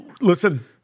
Listen